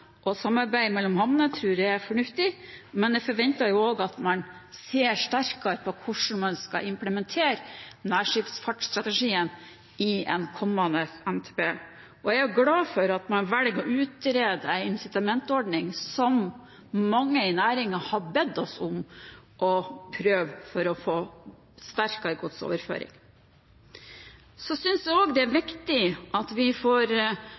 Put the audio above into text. Samarbeid mellom havner tror jeg er fornuftig, men jeg forventer også at man ser sterkere på hvordan man skal implementere nærskipsfartsstrategien i en kommende NTP. Jeg er glad for at man velger å utrede en incitamentordning som mange i næringen har bedt oss om å prøve, for å få sterkere godsoverføring. Så synes jeg også det er viktig at vi får